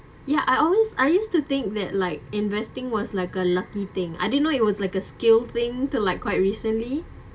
ya I always I used to think that like investing was like a lucky thing I didn't know it was like a skill thing to like quite recently